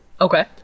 okay